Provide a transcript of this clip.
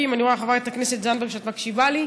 אני רואה, חברת הכנסת זנדברג, שאת מקשיבה לי.